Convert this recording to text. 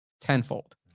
tenfold